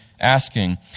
asking